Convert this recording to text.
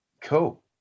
cool